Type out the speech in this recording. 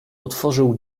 otworzył